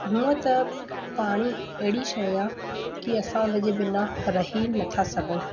हूअं त पाणी एड़ी शइ आहे की असां उन जे बिना रही नथा सघूं